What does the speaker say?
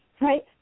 right